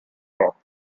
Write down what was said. rock